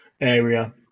area